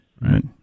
Right